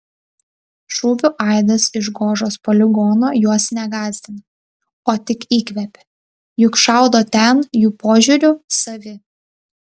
šūvių aidas iš gožos poligono juos ne gąsdina o tik įkvepia juk šaudo ten jų požiūriu savi